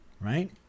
right